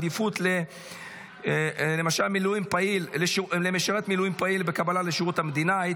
(עדיפות למשרת מילואים פעיל בקבלה לשירות המדינה),